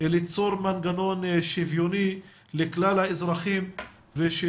ליצור מנגנון שוויוני לכלל האזרחים כדי